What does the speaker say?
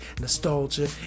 nostalgia